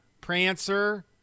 Prancer